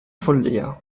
follia